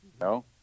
No